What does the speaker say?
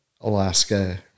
Alaska